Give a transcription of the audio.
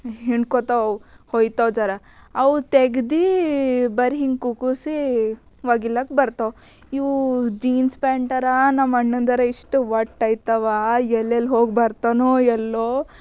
ಹಿಂಡ್ಕೊಳ್ತಾ ಹೋಯ್ತವ್ ಜರಾ ಅವು ತೆಗ್ದು ಬರೀ ಹಿಂಗೆ ಕುಕ್ಕಿಸಿ ಒಗಿಲಾಕ ಬರ್ತಾವ ಇವು ಜೀನ್ಸ್ ಪ್ಯಾಂಟರ ನಮ್ಮ ಅಣ್ಣಂದಿರು ಎಷ್ಟು ಬಟ್ಟೆ ಆಯ್ತವ ಎಲ್ಲೆಲ್ಲಿ ಹೋಗಿ ಬರ್ತಾನೋ ಎಲ್ಲೋ